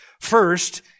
First